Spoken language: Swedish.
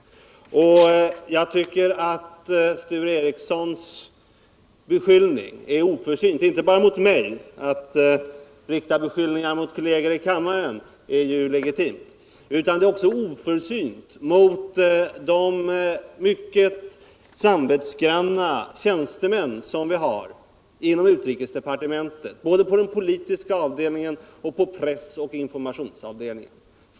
Jagtyckeratt Sture Ericsons beskyllning är oförsynt, inte bara mot mig —att rikta beskyllningar mot kolleger i kammaren är ju legitimt — utan den är också oförsynt mot de mycket samvetsgranna tjänstemän som vi har inom utrikesdepartementet, både på den politiska avdelningen och på pressoch informationsavdelningen.